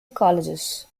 colleges